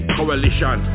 Coalition